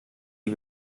die